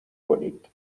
کنید